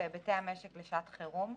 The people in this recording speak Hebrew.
והיבטי המשק לשעת חירום.